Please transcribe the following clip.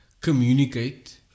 communicate